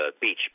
beach